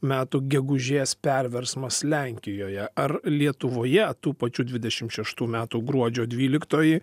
metų gegužės perversmas lenkijoje ar lietuvoje tų pačių dvidešimt šeštų metų gruodžio dvyliktoji